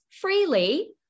freely